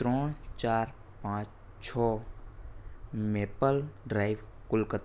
ત્રણ ચાર પાંચ છ મેપલ ડ્રાઇવ કોલકત્તા